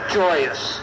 joyous